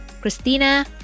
Christina